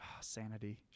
Sanity